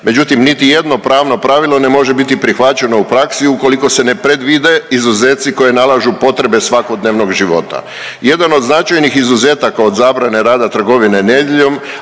Međutim niti jedno pravno pravilo ne može biti prihvaćeno u praksi ukoliko se ne predvide izuzeci koje nalažu potrebe svakodnevnog života. Jedan od značajnog izuzetaka od zabrane rada trgovine nedjeljom,